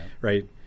right